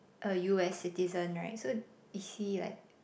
a U_S citizen right so is he like